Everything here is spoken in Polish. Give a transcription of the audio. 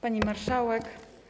Pani Marszałek!